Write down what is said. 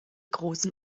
großen